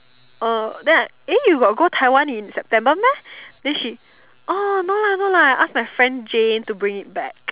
uh then I eh you got Taiwan in September then she orh no lah no lah I ask my friend Jane to bring it back